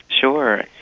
Sure